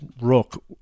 rook